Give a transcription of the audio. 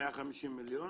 150 מיליון?